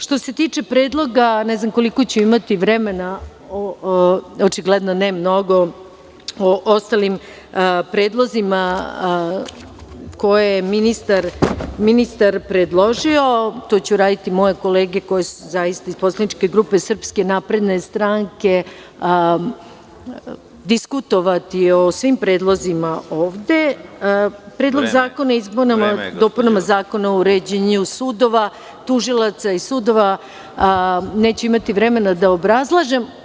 Što se tiče predloga, ne znam koliko ću imati vremena, očigledno ne mnogo, o ostalim predlozima koje je ministar predložio, to će uraditi moje kolege koje su zaista iz poslaničke grupe Srpske napredne stranke diskutovati o svim predlozima ovde, Predlog zakona o izmenama i dopunama zakona o uređenju tužilaca i sudova, neću imati vremena da obrazlažem.